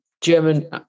German